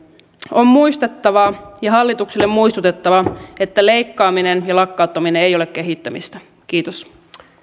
on muistettava ja hallitukselle muistutettava että leikkaaminen ja lakkauttaminen ei ole kehittämistä kiitos